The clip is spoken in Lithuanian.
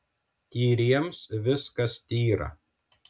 tyriems viskas tyra